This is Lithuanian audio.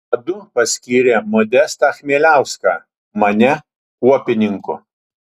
vadu paskyrė modestą chmieliauską mane kuopininku